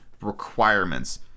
requirements